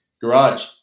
Garage